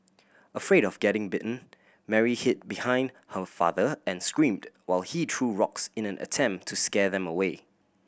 afraid of getting bitten Mary hid behind her father and screamed while he threw rocks in an attempt to scare them away